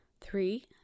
Three